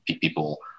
people